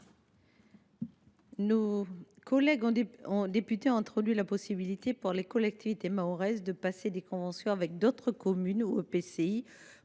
Nos collègues députés ont introduit dans le texte la possibilité pour les collectivités mahoraises de passer des conventions avec d’autres communes et EPCI